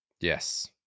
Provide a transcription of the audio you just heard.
Yes